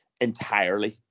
entirely